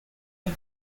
and